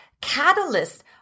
catalyst